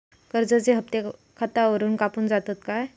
कर्जाचे हप्ते खातावरून कापून जातत काय?